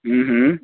हम्म हम्म